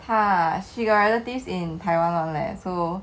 !huh! she got relatives in taiwan [one] leh so